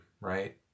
right